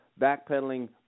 backpedaling